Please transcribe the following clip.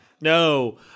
No